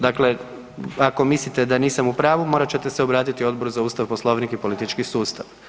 Dakle, ako mislite da nisam u pravu morat ćete se obratiti Odboru za ustav, poslovnik i politički sustav.